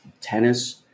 tennis